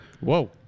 Whoa